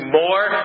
more